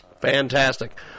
Fantastic